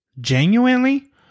genuinely